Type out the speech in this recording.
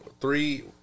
three